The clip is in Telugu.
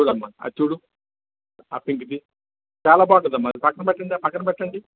చూడు అమ్మా అది చూడు ఆ పింక్ది చాలా బాగుంటుంది అమ్మా అది పక్కన పెట్టండి పక్కన పెట్టండి